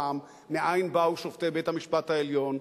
פעם מאין באו שופטי בית-המשפט העליון,